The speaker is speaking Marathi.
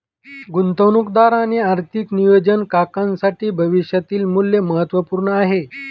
गुंतवणूकदार आणि आर्थिक नियोजन काकांसाठी भविष्यातील मूल्य महत्त्वपूर्ण आहे